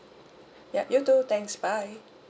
yup you too thanks bye